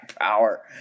power